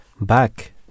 back